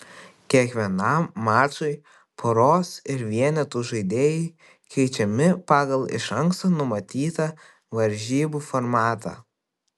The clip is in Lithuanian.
kiekvienam mačui poros ir vienetų žaidėjai keičiami pagal iš anksto numatytą varžybų formatą